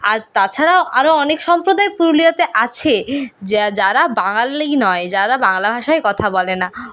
আর তাছাড়াও আরও অনেক সম্প্রদায় পুরুলিয়াতে আছে যা যারা বাঙালি নয় যারা বাংলা ভাষায় কথা বলে না